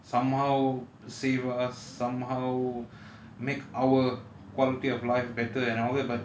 somehow save us somehow make our quality of life better and all that but